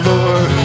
Lord